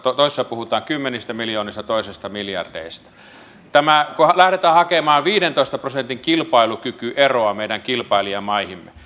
toisessa puhutaan suuruusluokaltaan kymmenistä miljoonista toisessa miljardeista kun lähdetään hakemaan viidentoista prosentin kilpailukykyeroa meidän kilpailijamaihimme